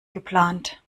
geplant